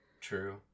True